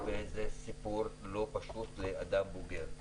וזה סיפור לא פשוט לאדם בוגר.